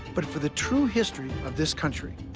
but for the true history of this country.